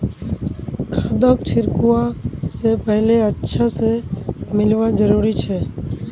खादक छिड़कवा स पहले अच्छा स मिलव्वा जरूरी छ